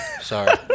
Sorry